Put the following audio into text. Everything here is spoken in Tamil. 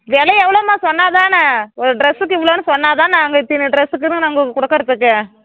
வெலை எவ்வளோம்மா சொன்னால் தானே ஒரு டிரஸ்க்கு இவ்வளோன்னு சொன்னால் தானே நாங்கள் இத்தினை டிரஸுக்குன்னு நாங்கள் கொடுக்கறதுக்கு